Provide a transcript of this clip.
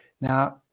Now